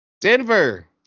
Denver